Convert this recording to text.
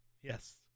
yes